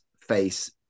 face